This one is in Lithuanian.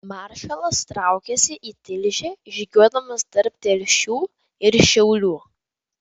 maršalas traukėsi į tilžę žygiuodamas tarp telšių ir šiaulių